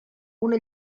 una